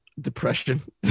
Depression